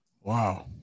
Wow